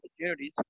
opportunities